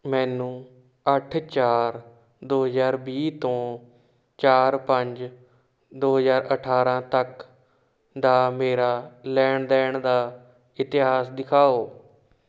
ਮੈਨੂੰ ਅੱਠ ਚਾਰ ਦੋ ਹਜ਼ਾਰ ਵੀਹ ਤੋਂ ਚਾਰ ਪੰਜ ਦੋ ਹਜ਼ਾਰ ਅਠਾਰ੍ਹਾਂ ਤੱਕ ਦਾ ਮੇਰਾ ਲੈਣ ਦੇਣ ਦਾ ਇਤਿਹਾਸ ਦਿਖਾਓ